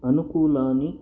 अनुकूलानि